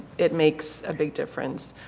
it makes a big difference.